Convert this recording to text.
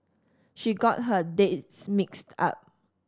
she got her dates mixed up